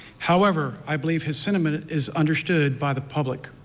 however i believe his sentiment is understood by the public.